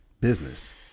business